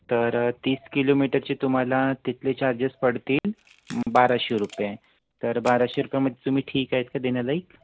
तर तीस किलोमीटरचे तुम्हाला तिथले चार्जेस पडतील बाराशे रुपये तर बाराशे रुपयामध्ये तुम्ही ठीक आहेत का देण्यालायक